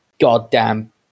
goddamn